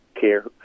care